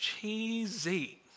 cheesy